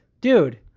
dude